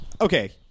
Okay